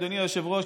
אדוני היושב-ראש,